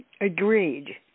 Agreed